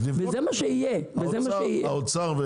האוצר,